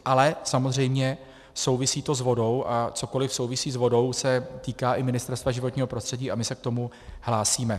Ale samozřejmě souvisí to s vodou, a cokoli souvisí s vodou, se týká i Ministerstva životního prostředí a my se k tomu hlásíme.